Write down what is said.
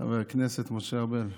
חבר הכנסת משה ארבל.